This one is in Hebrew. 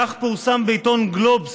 פורסם בעיתון גלובס,